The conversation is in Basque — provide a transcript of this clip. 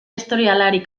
historialari